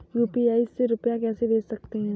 UPI से रुपया कैसे भेज सकते हैं?